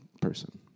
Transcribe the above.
person